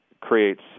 creates